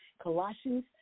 Colossians